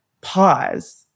pause